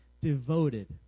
devoted